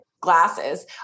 glasses